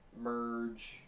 merge